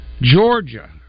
Georgia